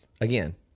Again